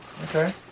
Okay